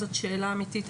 זו שאלה אמיתית,